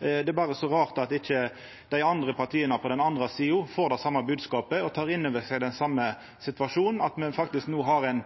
inn over seg den same situasjonen. Me har no faktisk ein